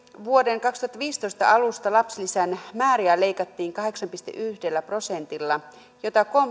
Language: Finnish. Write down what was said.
vuoden kaksituhattaviisitoista alusta lapsilisän määriä leikattiin kahdeksalla pilkku yhdellä prosentilla mitä